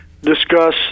discuss